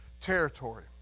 territory